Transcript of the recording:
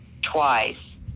twice